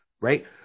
right